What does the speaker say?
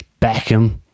Beckham